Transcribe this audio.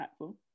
impactful